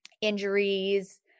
injuries